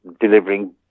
delivering